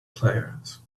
players